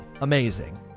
amazing